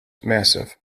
massif